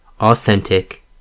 Authentic